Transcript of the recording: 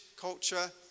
culture